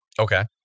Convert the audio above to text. Okay